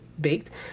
baked